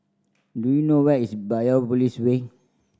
do you know where is Biopolis Way